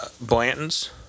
Blanton's